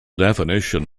definition